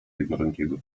jednorękiego